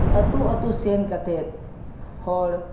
ᱟᱹᱛᱩᱼᱟᱹᱛᱩ ᱥᱮᱱ ᱠᱟᱛᱮᱫ ᱦᱚᱲ